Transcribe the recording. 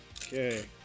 Okay